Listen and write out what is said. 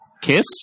Kiss